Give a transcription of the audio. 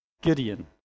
Gideon